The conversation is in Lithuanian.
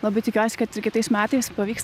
labai tikiuosi kad kitais metais pavyks